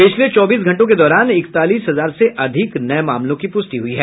पिछले चौबीस घंटों के दौरान इकतालीस हजार से अधिक नये मामलों की पुष्टि हुई है